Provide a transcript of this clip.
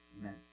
Amen